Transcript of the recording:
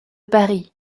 paris